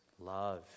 love